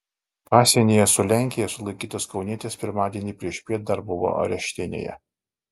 pasienyje su lenkija sulaikytas kaunietis pirmadienį priešpiet dar buvo areštinėje